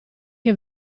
che